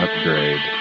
Upgrade